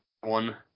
one